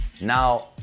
now